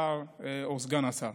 השר או סגן השר.